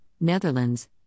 Netherlands